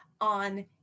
on